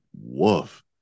woof